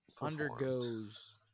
undergoes